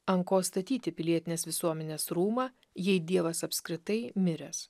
ant ko statyti pilietinės visuomenės rūmą jei dievas apskritai miręs